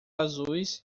azuis